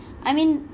I mean